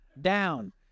down